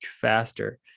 faster